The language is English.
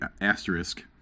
asterisk